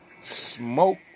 Smoke